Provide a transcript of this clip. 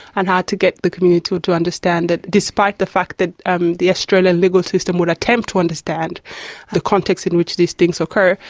and how to get a community to to understand that despite the fact that um the australian legal system would attempt to understand the context in which these things occur,